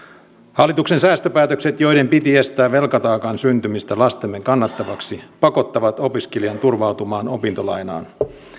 hallituksen säästöpäätökset joiden piti estää velkataakan syntymistä lastemme kannettavaksi pakottavat opiskelijan turvautumaan opintolainaan